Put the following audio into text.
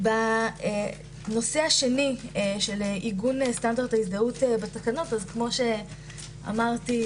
בנושא השני של עיגון סטנדרט ההזדהות בתקנות - כפי שאמרתי,